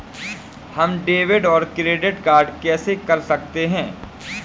हम डेबिटऔर क्रेडिट कैसे कर सकते हैं?